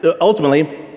ultimately